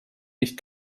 nicht